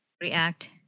react